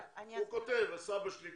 זה לוקח זמן,